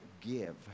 give